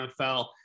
NFL